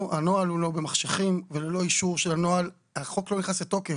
הנוהל הוא לא במחשכים וללא אישור של הנוהל החוק לא נכנס לתוקף.